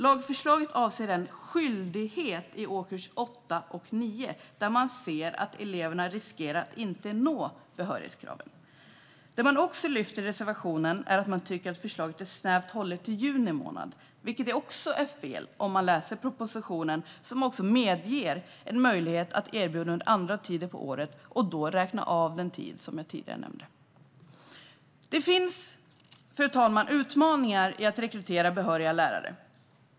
Lagförslaget avser en skyldighet till detta i årskurs 8 och årskurs 9 om man ser att eleverna riskerar att inte nå behörighetskraven. Det som också lyfts fram i reservationen är att man tycker att man tycker att förslaget är snävt hållet till juni månad. Det är också fel, vilket framgår av propositionen. Det finns även möjlighet att erbjuda detta under andra tider av året och då räkna av den tiden, som jag tidigare nämnde. Fru talman! Det finns utmaningar i att rekrytera behöriga lärare.